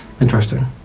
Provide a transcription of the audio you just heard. interesting